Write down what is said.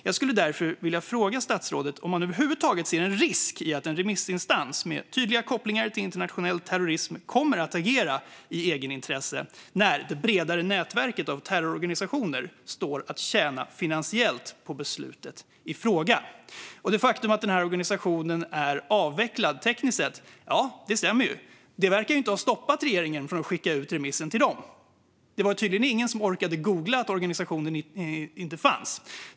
Jag skulle därför vilja fråga statsrådet om han över huvud taget ser en risk i att en remissinstans med tydliga kopplingar till internationell terrorism kommer att agera i egenintresse när det bredare nätverket av terrororganisationer står att tjäna finansiellt på beslutet i fråga. Det faktum att organisationen tekniskt sett är avvecklad stämmer, men detta verkar inte ha hindrat regeringen från att skicka ut remissen till dem. Det var tydligen ingen som orkade googla och se att organisationen inte fanns.